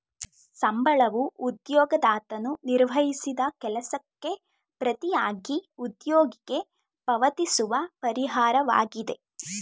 ಸಂಬಳವೂ ಉದ್ಯೋಗದಾತನು ನಿರ್ವಹಿಸಿದ ಕೆಲಸಕ್ಕೆ ಪ್ರತಿಯಾಗಿ ಉದ್ಯೋಗಿಗೆ ಪಾವತಿಸುವ ಪರಿಹಾರವಾಗಿದೆ